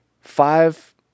five